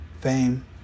fame